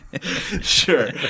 Sure